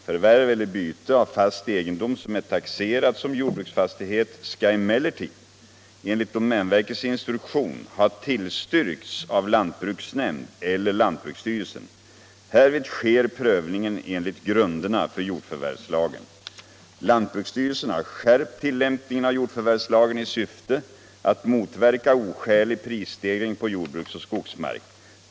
Förvärv eller byte av fast egendom som är taxerad som jordbruksfastighet skall emellertid enligt domänverkets instruktion ha tillstyrkts av lantbruksnämnd eller lantbruksstyrelsen. Härvid sker prövningen enligt grunderna för jordförvärvslagen. Lantbruksstyrelsen har skärpt tillämpningen av jordförvärvslagen i syfte att motverka oskälig prisstegring på jordbruksoch skogsmark.